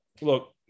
look